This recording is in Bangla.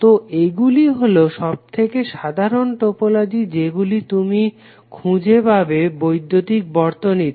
তো এইগুলি হলো সবথেকে সাধারাণ টোপোলজি যেগুলি তুমি খুজে পাবে বৈদ্যুতিক বর্তনীতে